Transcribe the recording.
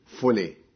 Fully